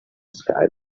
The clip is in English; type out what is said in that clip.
sky